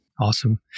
awesome